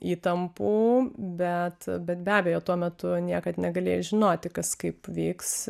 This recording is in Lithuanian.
įtampų bet bet be abejo tuo metu niekad negalėjai žinoti kas kaip vyks